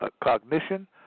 cognition